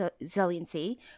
resiliency